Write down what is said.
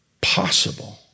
possible